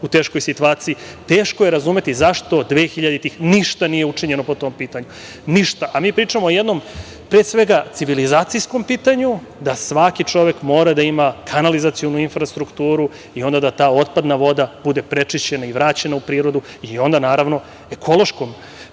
u teškoj situaciji, teško je razumeti zašto 2000-ih ništa nije učinjeno po tom pitanju. Mi pričamo o jednom pre svega civilizacijskom pitanju, da svaki čovek mora da ima kanalizacionu infrastrukturu i onda da ta otpadna voda bude prečišćena i vraćena u prirodu i onda naravno ekološkom